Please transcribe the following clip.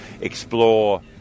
explore